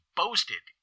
boasted